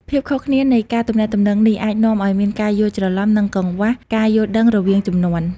ភាពខុសគ្នានៃការទំនាក់ទំនងនេះអាចនាំឱ្យមានការយល់ច្រឡំ និងកង្វះការយល់ដឹងរវាងជំនាន់។